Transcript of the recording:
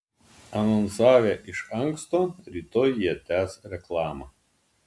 anonsavę iš anksto rytoj jie tęs reklamą